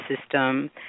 system